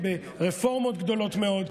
ברפורמות גדולות מאוד,